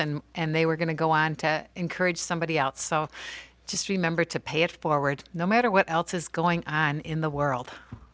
and and they were going to go on to encourage somebody out so just remember to pay it forward no matter what else is going on in the world